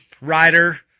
rider